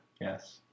Yes